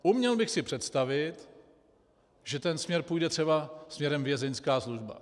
Uměl bych si představit, že ten směr půjde třeba směrem vězeňská služba.